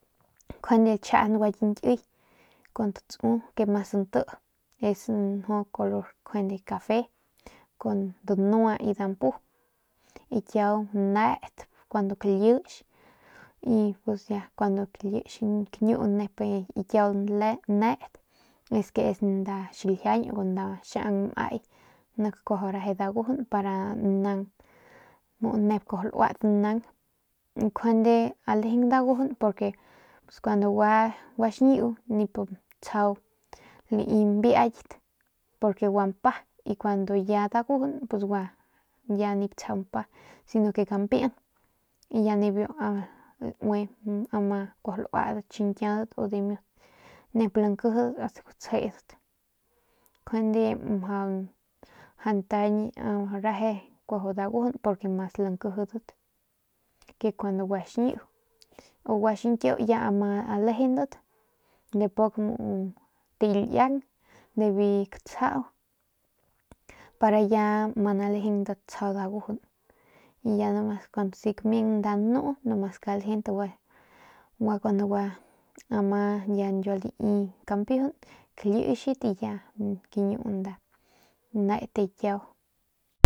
Lchian ki nkyi con te tsu kue mas nte es njo color cafe con dnua y dampu ikiau net cuando kliechx y pus ya cuando klichx y kiñuu kiau neet es que es nda xiljiañ o xian nmaai nek kuaju areje dagujun para nnaj nep kuaju luat nang y kujende alejen dagujun pus porque cuando es gua xñiu nip tsjau lai mbiayat, porque gua mpa y kuando ya dagujun ya nip tsjau mpa si no ue kampian y ya nibiu laui ama kuajau lauadat xiñkiaudat u nep dimit lankiji ast gutsjedatnjuande mjau ntañ areje kuajau dagujunporque mas lankijidat ke kuandu gaxñiu kun guaxiñkiu ama lejendat ni pik taliaung nibiu katsau para ya ma nalejendat tsjau dagujun ya nomas si kamiang nnu numas kalejent kun ama ya lai kampiujun lixat y ya kañu nda net kiau.